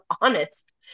honest